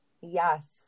Yes